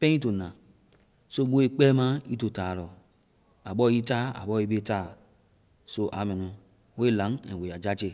pɛŋ i to na. So boe kpɛ ma ii to ta lɔ. A bɔ i ta, a bɔ i be ta. So a mɛ nu. We laŋ and we a jaje.